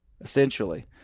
essentially